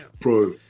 bro